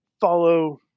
follow